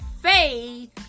faith